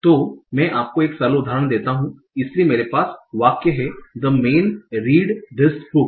तो मैं आपको एक सरल उदाहरण देता हूं इसलिए मेरे पास वाक्य है the men read this book